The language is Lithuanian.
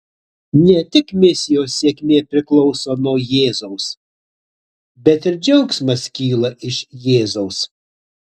ne tik misijos sėkmė priklauso nuo jėzaus bet ir džiaugsmas kyla iš jėzaus